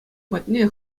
патне